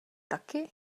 taky